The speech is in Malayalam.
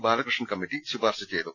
ബാല കൃഷ്ണൻ കമ്മിറ്റി ശുപാർശ ചെയ്തു